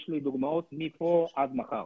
יש לי דוגמאות מפה עד מחר.